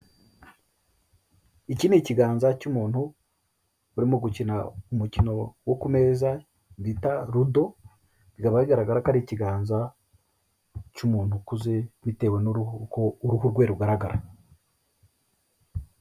Iki ni ikiganza cy'umuntu urimo gukina umukino wo ku meza bita rudo. Bikaba bigaragara ko ari ikiganza cy'umuntu ukuze bitewe n'uruhu uko uruhu rwe rugaragara.